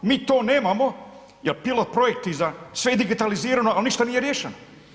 Mi to nemamo jer pilot projekti, sve je digitalizirano ali ništa nije riješeno.